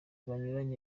banyuranye